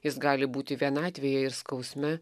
jis gali būti vienatvėje ir skausme